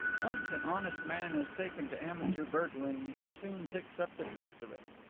once an honest man has taken to amateur burgling he soon picks up the tricks of it.